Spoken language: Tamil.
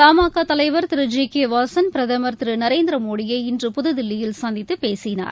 தமாகா தலைவர் திரு ஜி கே வாசன் பிரதமர் திரு நரேந்திர மோடியை இன்று புதுதில்லியில் சந்தித்து பேசினார்